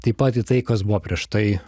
taip pat į tai kas buvo prieš tai